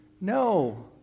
No